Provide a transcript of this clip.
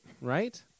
Right